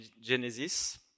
Genesis